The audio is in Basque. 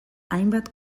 hainbat